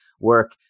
work